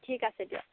ঠিক আছে দিয়ক